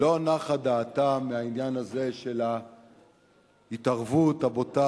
לא נחה דעתם מהעניין הזה של ההתערבות הבוטה